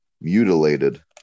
mutilated